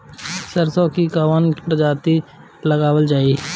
सरसो की कवन प्रजाति लगावल जाई?